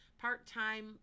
Part-time